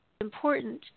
important